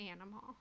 animal